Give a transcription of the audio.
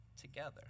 together